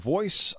Voice